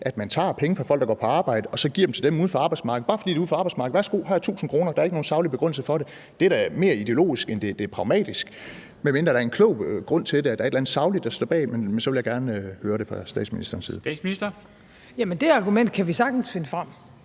at man tager penge fra folk, der går på arbejde, og giver dem til dem uden for arbejdsmarkedet, bare fordi de er uden for arbejdsmarkedet. Man siger: Værsgo, her er 1.000 kr. Der er ikke nogen saglig begrundelse for det. Det er da mere ideologisk, end det er pragmatisk – medmindre der er en klog grund til det, altså at der er et eller andet sagligt, der ligger bag, men så vil jeg gerne høre det fra statsministerens side. Kl. 14:10 Formanden (Henrik Dam Kristensen):